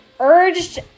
Urged